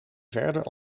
verder